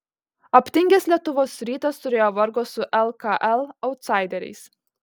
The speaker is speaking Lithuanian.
aptingęs lietuvos rytas turėjo vargo su lkl autsaideriais